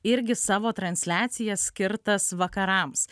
irgi savo transliacijas skirtas vakarams